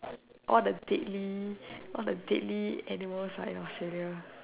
all the deadly all the deadly animals are in Australia